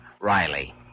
Riley